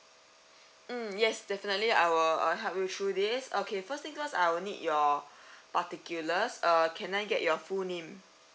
mm yes definitely I'll uh help you through this okay first thing first I will need your particulars uh can I get your full name